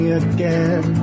again